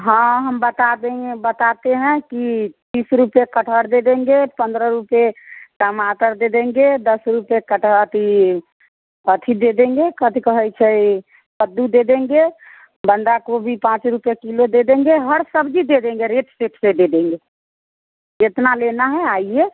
हाँ हम बता देंगे बताते हैं कि तीस रुपये कटहल दे देंगे पंद्रह रुपये टमाटर दे देंगे दस रुपये कट अथी अथी दे देंगे कथी कहै छै कद्दू दे देंगे बंदा गोभी पाँच रुपये किलो दे देंगे हर सब्ज़ी दे देंगे रेट फिक्स पर दे देंगे जितना लेना है आइए